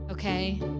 Okay